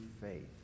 faith